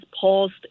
paused